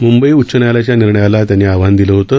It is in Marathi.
मुंबई उच्च न्यायालयाच्या निर्णयाला त्यांनी आव्हान दिलं होतं